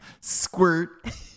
Squirt